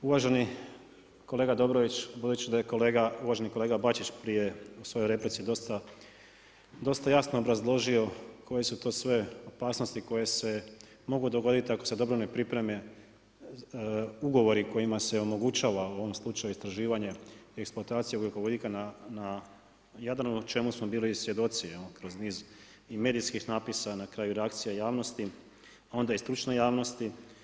Uvaženi kolega Dobrović, budući da je uvaženi kolega Bačić prije u svojoj replici dosta jasno obrazložio koje su to sve opasnosti koje se mogu dogoditi ako se dobro ne pripreme ugovori kojima se omogućava u ovom slučaju istraživanje i eksploatacija ugljikovodika na Jadranu čemu smo bili svjedoci kroz i medijskih napisa, na kraju i reakcija javnosti, onda i stručne javnosti.